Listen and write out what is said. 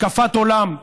השקפת עולם.